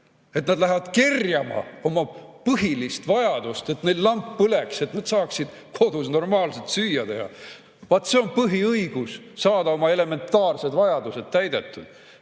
et nad lähevad kerjama oma põhiliste vajaduste tõttu, et neil lamp põleks, et nad saaksid kodus normaalselt süüa teha? Vaat see on põhiõigus: saada oma elementaarsed vajadused täidetud.